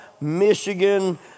Michigan